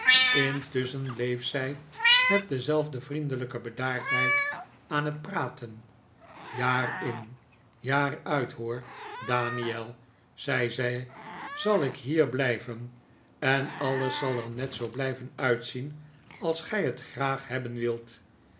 intusschen bleef zij met dezelfde vriendelijke bedaardheid aan het praten jaar in jaar uit hoor daniel zei zij zal ik hier blijven en alles zal er net zoo blijven uitzien als gij het graag hebben wilt